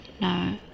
no